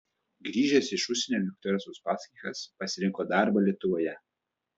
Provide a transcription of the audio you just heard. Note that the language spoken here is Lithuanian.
grįžęs iš užsienio viktoras uspaskichas pasirinko darbą lietuvoje